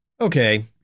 Okay